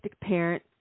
parent